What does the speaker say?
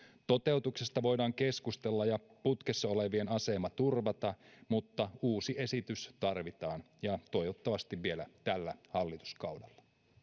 toteutuksesta voidaan keskustella ja putkessa olevien asema turvata mutta uusi esitys tarvitaan ja toivottavasti se tulee vielä tällä hallituskaudella